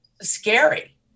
scary